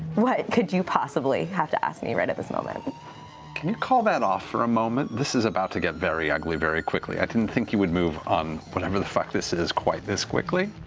what could you possibly have to ask me right at this moment can you call that off for a moment? this is about to get very ugly very quickly. i didn't think you would move on whatever the fuck this is quite this quickly.